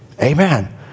Amen